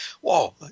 Whoa